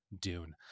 Dune